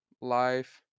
life